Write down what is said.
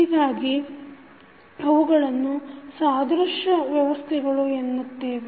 ಹೀಗಾಗಿ ಅವುಗಳನ್ನು ಸಾದೃಶ್ಯ ವ್ಯವಸ್ಥೆಗಳು ಎನ್ನುತ್ತೇವೆ